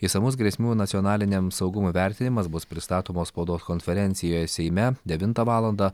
išsamus grėsmių nacionaliniam saugumui vertinimas bus pristatomos spaudos konferencijoje seime devintą valandą